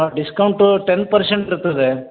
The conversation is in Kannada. ಡಿಸ್ಕೌಂಟು ಟೆನ್ ಪರ್ಸೆಂಟ್ ಇರ್ತದೆ